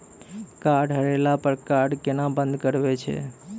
Card हेरैला पर card केना बंद करबै छै?